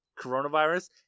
coronavirus